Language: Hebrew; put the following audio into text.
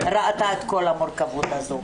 התלונות היא ראתה את כל המורכבות הזו.